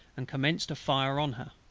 and commenced a fire on her.